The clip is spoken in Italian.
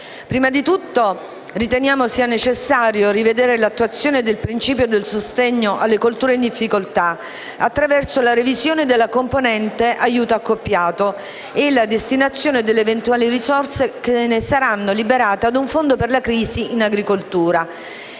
Prima di tutto riteniamo necessario rivedere l'attuazione del principio del sostegno alle colture in difficoltà attraverso la revisione della componente denominata aiuto accoppiato e la destinazione delle eventuali risorse che ne saranno liberate a un fondo per le crisi in agricoltura